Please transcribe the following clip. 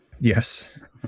yes